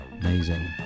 amazing